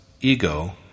ego